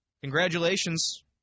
congratulations